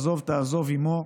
עזב תעזב עמו".